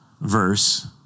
verse